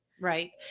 Right